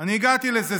אני הגעתי לזה,